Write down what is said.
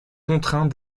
contraint